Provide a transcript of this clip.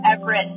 Everett